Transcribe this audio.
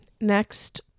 next